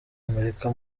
amerika